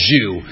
Jew